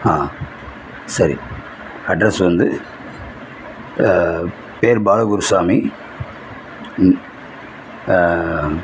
சரி அட்ரஸ் வந்து பேர் பாலகுருசாமி